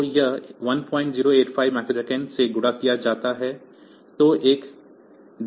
तो यह 1085 माइक्रोसेकंड से गुणा किया जाता है